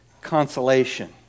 consolation